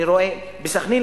בסח'נין,